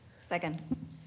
Second